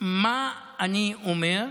מה אני אומר?